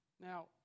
Now